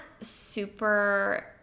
super